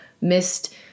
missed